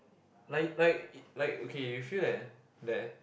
like like like okay you feel that that